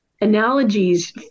analogies